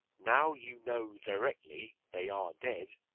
now you know directly they are dead,